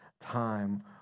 time